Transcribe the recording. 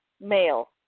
male